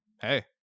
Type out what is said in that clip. hey